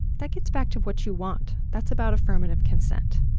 that gets back to what you want. that's about affirmative consent.